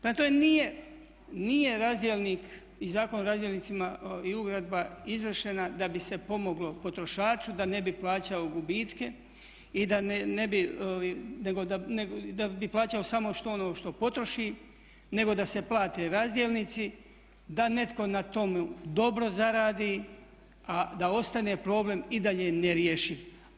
Prema tome, nije razdjelnik i zakon o razdjelnicima i ugradba izvršena da bi se pomoglo potrošaču da ne bi plaćao gubitke i da bi plaćao samo ono što potroši nego da se plate razdjelnici, da netko na tome dobro zaradi a da ostane problem i dalje nerješiv.